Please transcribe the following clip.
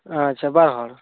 ᱟᱪᱪᱷᱟ ᱵᱟᱨ ᱦᱚᱲ